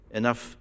enough